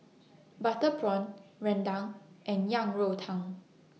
Butter Prawn Rendang and Yang Rou Tang